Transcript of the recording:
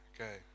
Okay